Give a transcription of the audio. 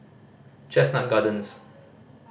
Chestnut Gardens